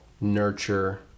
nurture